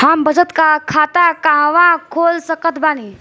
हम बचत खाता कहां खोल सकत बानी?